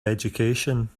education